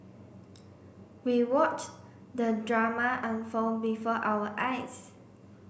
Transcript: we watched the drama unfold before our eyes